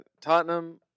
Tottenham